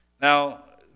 Now